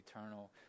eternal